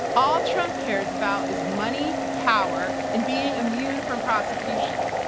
all trump cares about is money, power, and being immune from prosecution.